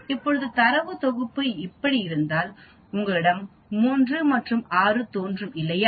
இப்போது தரவு தொகுப்பு இப்படி இருந்தால் உங்களிடம் 3 மற்றும் 6 தோன்றும் இல்லையா